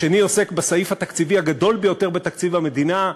השני עוסק בסעיף התקציבי הגדול ביותר בתקציב המדינה,